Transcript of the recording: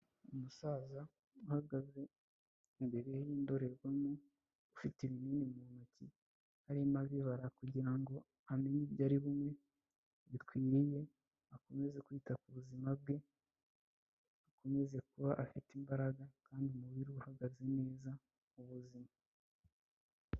Umusaza uhagaze imbere y'indorerwamo, ufite ibinini mu ntoki arimo abibara kugira ngo amenye ibyo ari bumywe bikwiriye, akomeze kwita ku buzima bwe akomeze kuba afite imbaraga kandi umubiri uhagaze neza mu buzima.